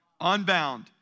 unbound